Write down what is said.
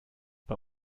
bei